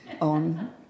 on